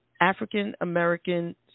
African-American